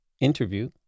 interview